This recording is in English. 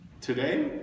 Today